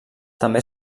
també